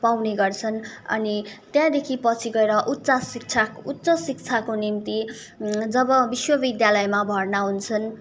पाउने गर्छन् अनि त्यहाँदेखि पछि गएर उच्च शिक्षा उच्च शिक्षाको निम्ति जब विश्वविद्यालयमा भर्ना हुन्छन्